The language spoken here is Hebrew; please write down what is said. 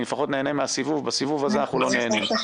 אני לפחות נהנה מהסיבוב בסיבוב הזה אנחנו לא נהנים.